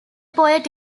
poet